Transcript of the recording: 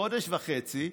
חודש וחצי,